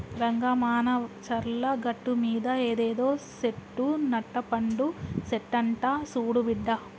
రంగా మానచర్ల గట్టుమీద ఇదేదో సెట్టు నట్టపండు సెట్టంట సూడు బిడ్డా